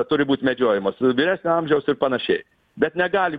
turi būt medžiojamos vyresnio amžiaus ir panašiai bet negali